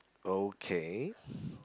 okay